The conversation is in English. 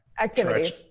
activities